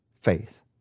faith